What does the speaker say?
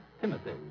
Timothy